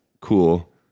Cool